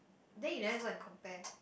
they you never go and compare